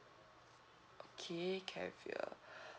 okay caviar